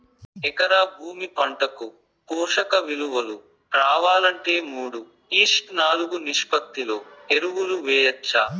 ఎకరా భూమి పంటకు పోషక విలువలు రావాలంటే మూడు ఈష్ట్ నాలుగు నిష్పత్తిలో ఎరువులు వేయచ్చా?